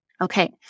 Okay